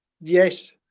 Yes